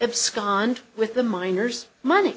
abscond with the minors money